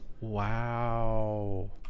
wow